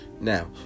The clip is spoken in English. Now